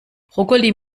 brokkoli